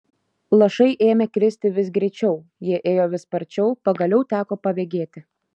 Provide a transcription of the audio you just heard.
lašai ėmė kristi vis greičiau jie ėjo vis sparčiau pagaliau teko pabėgėti